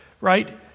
right